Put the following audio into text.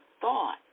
thought